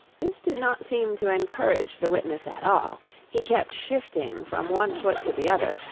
this did not seem to encourage the witness at all he kept shifting from one foot to the other,